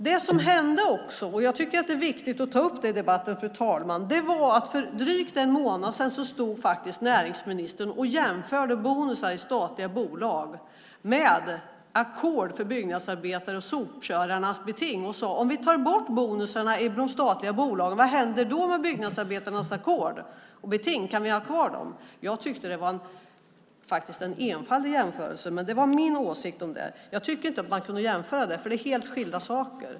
Det som hände, och det är viktigt att ta upp i debatten, fru talman, är att för drygt en månad sedan jämförde näringsministern bonusar i statliga bolag med ackord för byggnadsarbetare och sopkörarnas beting. Hon sade: Om vi tar bort bonusarna från statliga bolag, vad händer då med byggnadsarbetarnas ackord och sopkörarnas beting? Kan vi ha kvar dem? Jag tyckte att det var en enfaldig jämförelse, men det var min åsikt. Jag tycker inte att man kan jämföra det; det är helt skilda saker.